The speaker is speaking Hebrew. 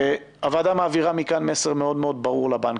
הוועדה מעבירה מכאן מסר מאוד מאוד ברור לבנקים,